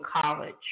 college